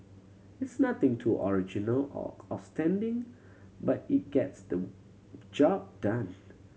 it's nothing too original or outstanding but it gets the job done